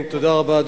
תודה רבה.